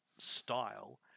style